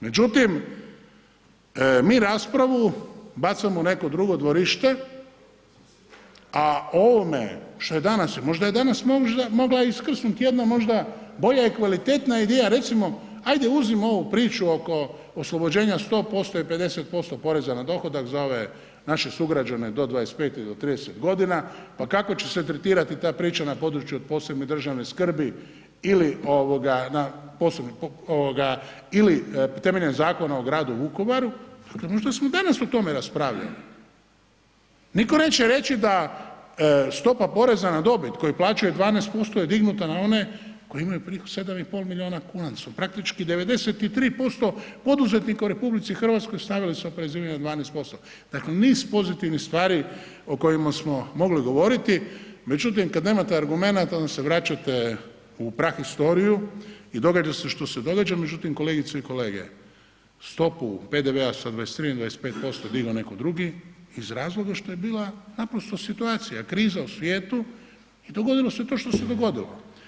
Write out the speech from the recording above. Međutim, mi raspravu bacamo u neko drugo dvorište, a o ovome što je danas, možda je danas možda mogla iskrsnut jedna možda bolja i kvalitetna ideja, recimo ajde uzmimo ovu priču oko oslobođenja 100% i 50% poreza na dohodak za ove naše sugrađane do 25 i do 30.g., pa kako će se tretirati ta priča na području od posebne državne skrbi ili ovoga na, ovoga ili temeljem Zakona o gradu Vukovaru, dakle možda smo danas o tome raspravljali, niko neće reći da stopa poreza na dobit koje plaćaju 12% je dignuta na one koji imaju prihod 7,5 milijuna kuna, s praktički 93% poduzetnika u RH … [[Govornik se ne razumije]] sa oporezivanjem od 12%, dakle niz pozitivnih stvari o kojima smo mogli govoriti, međutim kad nemate argumenata onda se vraćate u prahistoriju i događa se što se događa, međutim kolegice i kolege, stopu PDV-a s 23 na 25% je digo neko drugi iz razloga što je bila naprosto situacija, kriza u svijetu i dogodilo se to što se dogodilo.